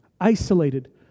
isolated